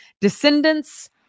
Descendants